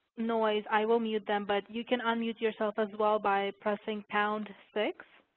noise, i will mute them. but you can unmute yourself as well by pressing pound six.